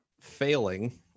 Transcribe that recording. failing